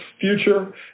future